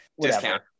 Discount